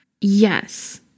Yes